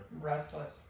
Restless